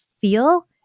feel